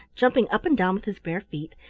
jumping up and down with his bare feet,